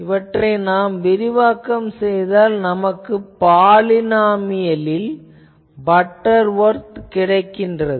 இவற்றை நாம் விரிவாக்கம் செய்தால் நமக்கு பைனாமியலில் பட்டர்வொர்த் கிடைக்கிறது